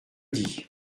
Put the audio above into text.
dis